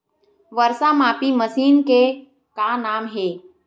वर्षा मापी मशीन के का नाम हे?